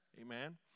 Amen